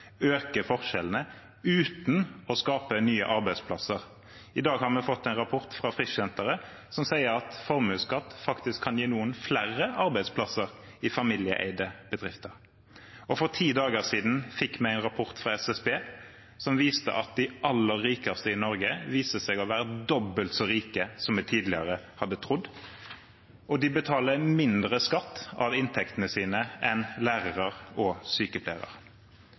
øker forskjellene – uten å skape nye arbeidsplasser. I dag har vi fått en rapport fra Frischsenteret som sier at formuesskatt faktisk kan gi noen flere arbeidsplasser i familieeide bedrifter. Og for ti dager siden fikk vi en rapport fra SSB som viser at de aller rikeste i Norge viser seg å være dobbelt så rike som vi tidligere har trodd, og de betaler mindre skatt av inntektene sine enn lærere og sykepleiere.